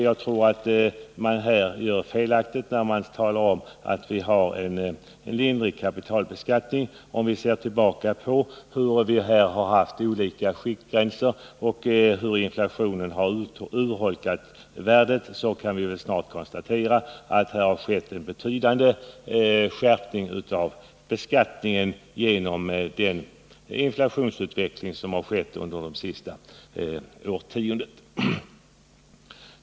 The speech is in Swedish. Jag tror att man gör en felbedömning när man säger att vi har en lindrig kapitalbeskattning. Om vi ser tillbaka på de olika skiktgränser vi har haft och studerar hur inflationen har urholkat värdena, kan vi snart konstatera att det har skett en betydande skärpning av beskattningen genom den inflationsutveckling som ägt rum under det senaste årtiondet.